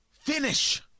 Finish